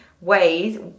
ways